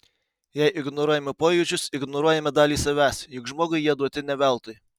jei ignoruojame pojūčius ignoruojame dalį savęs juk žmogui jie duoti ne veltui